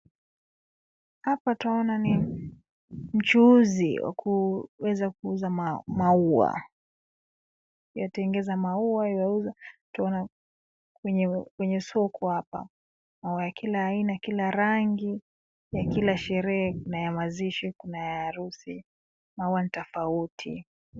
Apa twaona ni mchuzi wa kuweza kuuza maua yatengeneza maua yuwauza kwenye soko hapa. Maua ya kila aina, kila rangi, ya kila sherehe kuna ya mazishi kuna ya harusi maua n tofauti.